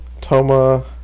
Toma